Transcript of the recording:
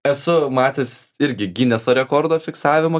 esu matęs irgi gineso rekordo fiksavimo